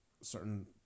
certain